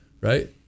Right